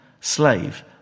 slave